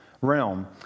realm